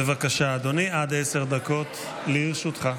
בבקשה, אדוני, עד עשר דקות לרשותך.